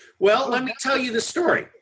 well, let me tell you the story.